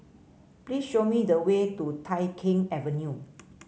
please show me the way to Tai Keng Avenue